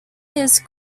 his